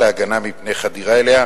להגנה מפני חדירה אליה,